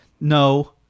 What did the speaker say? no